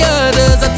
others